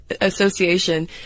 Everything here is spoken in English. Association